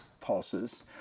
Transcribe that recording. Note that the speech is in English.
pulses